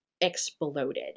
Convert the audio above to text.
exploded